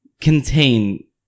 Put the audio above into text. contain